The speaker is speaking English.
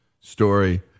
story